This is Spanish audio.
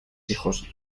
hijos